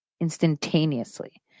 instantaneously